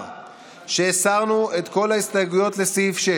אבל מצד שני,